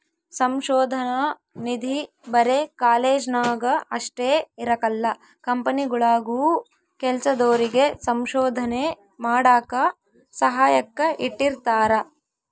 ಸಂಶೋಧನಾ ನಿಧಿ ಬರೆ ಕಾಲೇಜ್ನಾಗ ಅಷ್ಟೇ ಇರಕಲ್ಲ ಕಂಪನಿಗುಳಾಗೂ ಕೆಲ್ಸದೋರಿಗೆ ಸಂಶೋಧನೆ ಮಾಡಾಕ ಸಹಾಯಕ್ಕ ಇಟ್ಟಿರ್ತಾರ